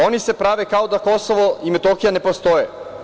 Oni se prave kao da Kosovo i Metohija ne postoje.